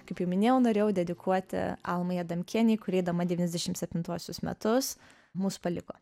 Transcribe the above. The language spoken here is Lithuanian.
kaip jau minėjau norėjau dedikuoti almai adamkienei kuri eidama devyniasdešimt septintuosius metus mus paliko